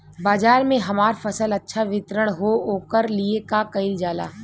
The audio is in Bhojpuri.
बाजार में हमार फसल अच्छा वितरण हो ओकर लिए का कइलजाला?